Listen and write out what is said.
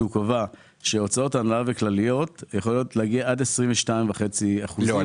שקבע שהוצאות הנהלה וכלליות יכולות להגיע עד 22.5%. לא,